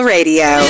Radio